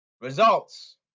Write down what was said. Results